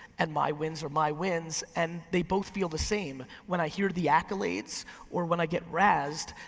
and my wins are my wins, and they both feel the same. when i hear the accolades or when i get razzed,